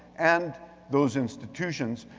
and those institutions.